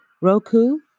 Roku